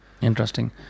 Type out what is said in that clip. Interesting